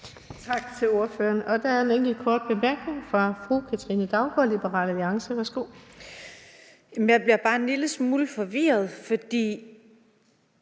Tak til ordføreren. Der er en enkelt kort bemærkning fra fru Katrine Daugaard, Liberal Alliance. Værsgo. Kl. 12:12 Katrine Daugaard (LA): Tak for det.